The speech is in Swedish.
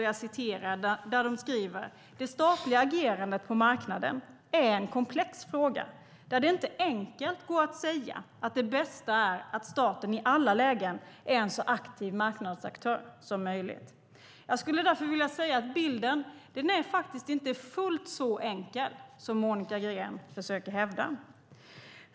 Där framgår det att det statliga agerandet på marknaden är en komplex fråga, där det inte enkelt går att säga att det bästa är att staten i alla lägen är en så aktiv marknadsaktör som möjligt. Bilden är inte fullt så enkel som Monica Green försöker hävda.